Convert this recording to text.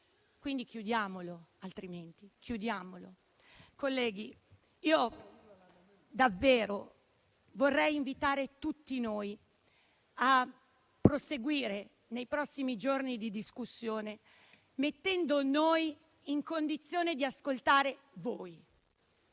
chiudiamolo. Colleghi, davvero vorrei invitare tutti noi a proseguire nei prossimi giorni la discussione, mettendo noi nella condizione di ascoltare voi.